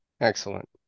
Excellent